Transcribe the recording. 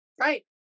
Right